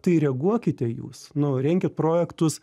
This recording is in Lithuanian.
tai reaguokite jūs nu renkit projektus